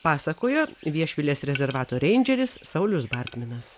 pasakojo viešvilės rezervato reindžeris saulius bartminas